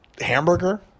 hamburger